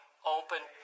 Open